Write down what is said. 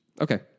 Okay